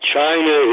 China